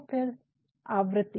और फिर आवृति